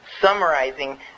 summarizing